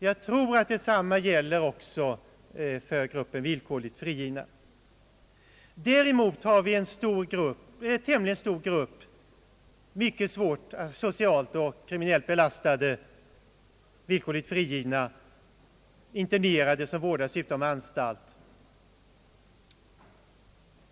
Jag tror att detsamma också gäller för åtminstone en del av de villkorligt frigivna. Däremot har vi en tämligen stor grupp mycket svårt asocialt och kriminellt be lastade villkorligt frigivna eller internerade som vårdas utom anstalt.